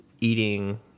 eating